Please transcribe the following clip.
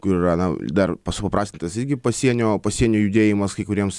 kur yra na dar supaprastintas irgi pasienio pasienio judėjimas kai kuriems